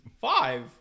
Five